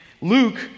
Luke